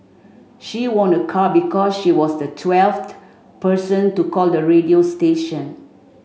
she won a car because she was the twelfth person to call the radio station